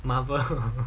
Marvel